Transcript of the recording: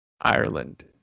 Ireland